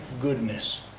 goodness